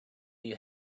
you